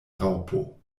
raŭpo